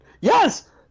Yes